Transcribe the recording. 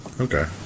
Okay